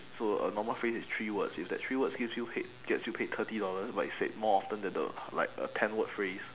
so a normal phrase is three words if that three words gives you pai~ gets you paid thirty dollars but it's said more often than the like a ten word phrase